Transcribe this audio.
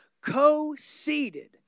co-seated